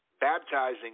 baptizing